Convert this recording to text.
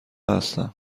هستم